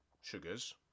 sugars